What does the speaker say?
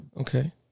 Okay